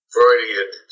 Freudian